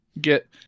get